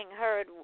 heard